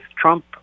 trump